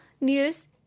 News